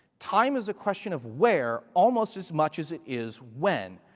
time is a question of where almost as much as it is when.